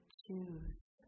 Choose